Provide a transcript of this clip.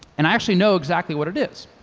and i actually know exactly what it is.